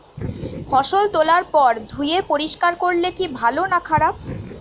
ফসল তোলার পর ধুয়ে পরিষ্কার করলে কি ভালো না খারাপ?